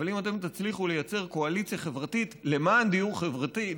אבל אם תצליחו לייצר קואליציה חברתית למען דיור חברתי וציבורי,